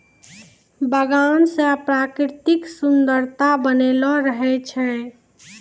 बगान से प्रकृतिक सुन्द्ररता बनलो रहै छै